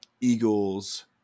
Eagles –